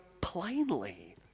plainly